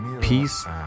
Peace